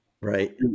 Right